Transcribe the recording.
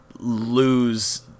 Lose